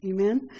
amen